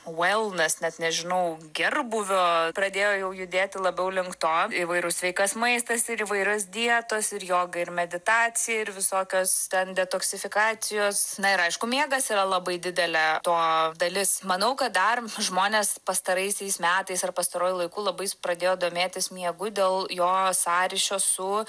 wellness net nežinau gerbūvio pradėjo jau judėti labiau link to įvairus sveikas maistas ir įvairios dietos ir joga ir meditacija ir visokios ten detoksifikacijos na ir aišku miegas yra labai didelė to dalis manau kad dar žmonės pastaraisiais metais ar pastaruoju laiku labai s pradėjo domėtis miegu dėl jo sąryšio su